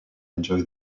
enjoy